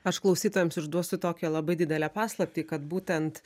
aš klausytojams išduosiu tokią labai didelę paslaptį kad būtent